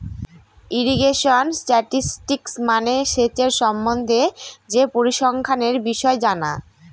irrigation statistics মানে সেচের সম্বন্ধে যে পরিসংখ্যানের বিষয় জানা